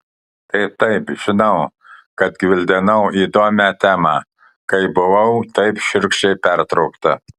taip taip žinau kad gvildenau įdomią temą kai buvau taip šiurkščiai pertraukta